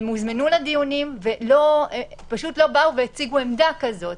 הם הוזמנו לדיונים ופשוט לא באו ולא הציגו עמדה כזאת.